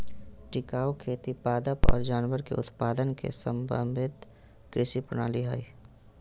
टिकाऊ खेती पादप और जानवर के उत्पादन के समन्वित कृषि प्रणाली हइ